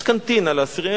יש קנטינה לאסירים.